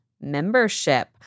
membership